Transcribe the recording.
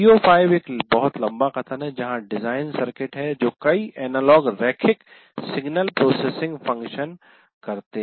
CO5 एक बहुत लंबा कथन है जहां डिज़ाइन सर्किट है जो कई एनालॉग रैखिक सिग्नल प्रोसेसिंग फ़ंक्शन करते हैं